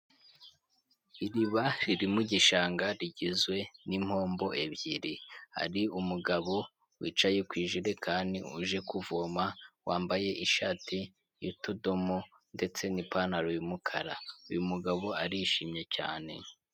Iriba riri mu gishanga rigizwe n'impombo ebyiri, hari umugabo wicaye ku ijerekani uje kuvoma wambaye ishati y'utudomo ndetse n'ipantaro y'umukara, uyu mugabo arishimye cyane.